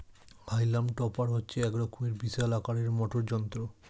হাইলাম টপার হচ্ছে এক রকমের বিশাল আকারের মোটর যন্ত্র